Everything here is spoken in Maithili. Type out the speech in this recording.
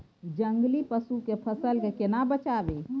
जंगली पसु से फसल के केना बचावी?